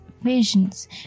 visions